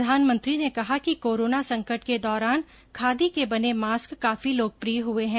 प्रधानमंत्री ने कहा कि कोरोना संकट के दौरान खादी के बने मास्क काफी लोकप्रिय हुए हैं